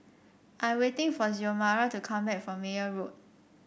I'm waiting for Xiomara to come back from Meyer Road